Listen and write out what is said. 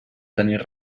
tenir